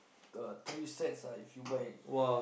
the three sets ah if you buy